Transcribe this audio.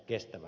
puhemies